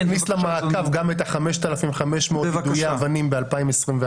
תכניס למעקב גם את ה- 5,500 יידוי אבנים ב-2021.